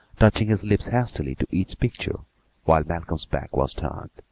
touching his lips hastily to each picture while malcolm's back was turned.